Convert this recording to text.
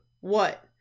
What